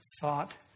thought